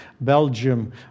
Belgium